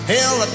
Hell